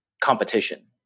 competition